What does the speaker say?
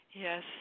Yes